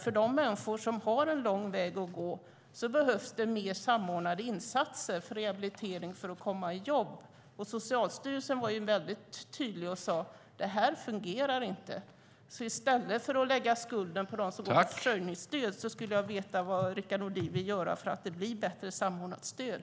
För de människor som har lång väg att gå behövs det mer samordnade insatser för rehabilitering för att komma i jobb. Socialstyrelsen var mycket tydlig och sade: Det här fungerar inte. I stället för att lägga skulden på dem som går på försörjningsstöd skulle jag vilja veta vad Rickard Nordin vill göra för att det ska bli ett bättre samordnat stöd.